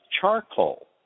charcoal